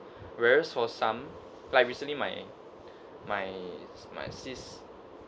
whereas for some like recently my my my sister